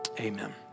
Amen